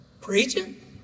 preaching